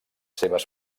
seves